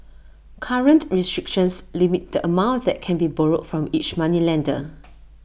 current restrictions limit the amount that can be borrowed from each moneylender